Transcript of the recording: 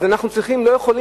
אז אנחנו לא יכולים,